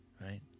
right